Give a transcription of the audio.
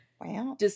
Wow